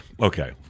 okay